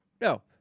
No